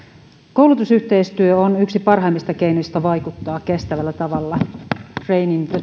koulutusyhteistyö on yksi parhaimmista keinoista vaikuttaa kestävällä tavalla training the